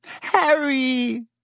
Harry